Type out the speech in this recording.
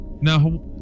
Now